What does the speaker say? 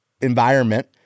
environment